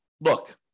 look